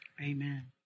Amen